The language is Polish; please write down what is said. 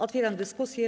Otwieram dyskusję.